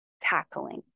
tackling